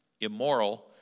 immoral